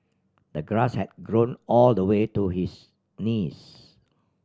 the grass had grown all the way to his knees